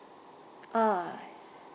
ah